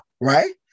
right